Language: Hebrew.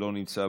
לא נמצא,